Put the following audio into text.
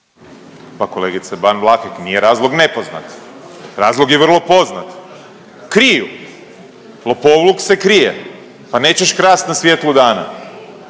Pa kolegice Ban Vlahek nije razlog nepoznat, razlog je vrlo poznat, kriju, lopovluk se krije pa nećeš krast na svjetlu dana